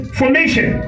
formation